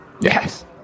Yes